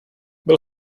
byl